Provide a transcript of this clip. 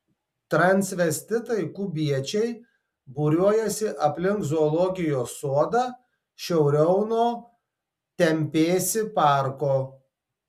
transvestitai kubiečiai būriuojasi aplink zoologijos sodą šiauriau nuo tempėsi parko